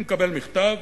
אני מקבל מכתב: